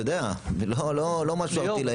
אתה יודע, לא משהו ערטילאי.